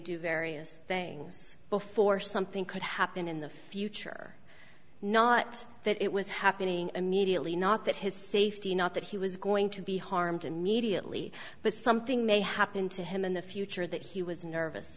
do various things before something could happen in the future not that it was happening immediately not that his safety not that he was going to be harmed immediately but something may happen to him in the future that he was nervous